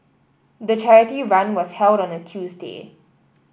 the charity run was held on a Tuesday